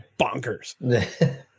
bonkers